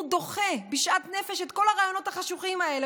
דוחה בשאט נפש את כל הרעיונות החשוכים האלה,